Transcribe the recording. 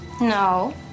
No